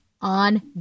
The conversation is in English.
on